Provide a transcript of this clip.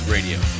Radio